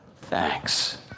thanks